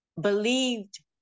believed